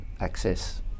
access